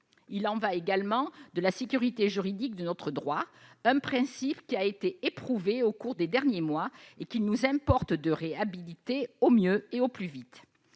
Il en va également de la sécurité juridique de notre droit, principe qui a été éprouvé au cours des derniers mois et qu'il nous importe de réhabiliter au mieux et au plus vite.